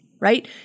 right